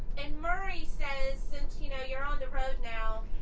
and murray says, since you know you're on the road now,